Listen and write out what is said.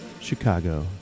Chicago